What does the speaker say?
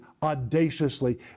audaciously